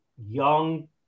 young